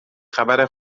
خبر